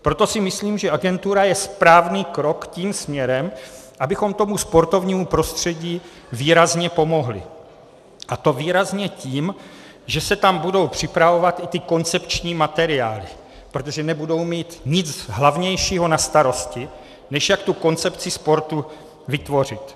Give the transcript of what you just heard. Proto si myslím, že agentura je správný krok tím směrem, abychom tomu sportovnímu prostředí výrazně pomohli, a to výrazně tím, že se tam budou připravovat i ty koncepční materiály, protože nebudou mít nic hlavnějšího na starosti, než jak tu koncepci sportu vytvořit.